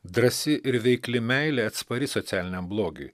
drąsi ir veikli meilė atspari socialiniam blogiui